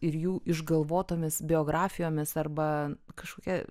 ir jų išgalvotomis biografijomis arba kažkokia